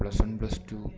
plus one plus two